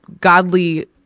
godly